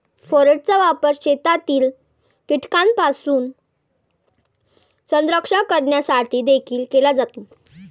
फोरेटचा वापर शेतातील कीटकांपासून संरक्षण करण्यासाठी देखील केला जातो